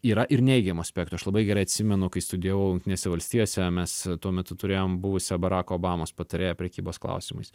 yra ir neigiamų aspektų aš labai gerai atsimenu kai studijavau jungtinėse valstijose mes tuo metu turėjom buvusią barako obamos patarėją prekybos klausimais